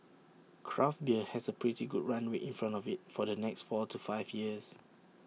craft beer has A pretty good runway in front of IT for the next four to five years